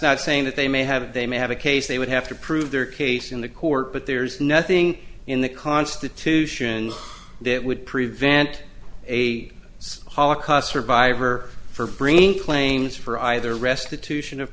not saying that they may have it they may have a case they would have to prove their case in the court but there's nothing in the constitution that would prevent a holocaust survivor for bringing claims for either restitution of